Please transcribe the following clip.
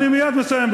אני מייד מסיים,